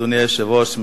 אדוני היושב-ראש,